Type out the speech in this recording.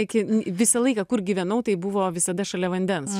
visą laiką kur gyvenau tai buvo visada šalia vandens